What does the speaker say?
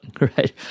right